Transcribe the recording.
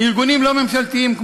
ארגונים לא ממשלתיים,